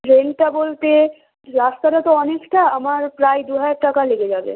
রেন্টটা বলতে রাস্তাটা তো অনেকটা আমার প্রায় দু হাজার টাকা লেগে যাবে